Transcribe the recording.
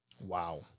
Wow